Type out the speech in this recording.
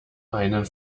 einen